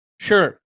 Sure